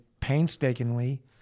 painstakingly